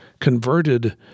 converted